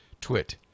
twit